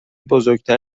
بزرگتر